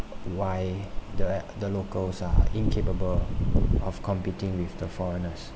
why the ac~ the locals are incapable of competing with the foreigners